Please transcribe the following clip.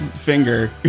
finger